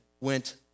Went